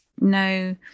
no